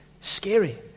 Scary